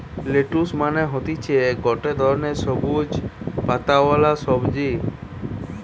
lettuce মানে হতিছে গটে ধরণের সবুজ পাতাওয়ালা সবজি